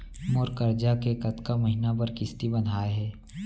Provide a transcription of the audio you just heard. मोर करजा के कतका महीना बर किस्ती बंधाये हे?